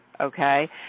okay